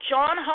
John